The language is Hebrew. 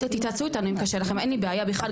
תתייעצו איתנו אם קשה לכם, אין לי בעיה בכלל.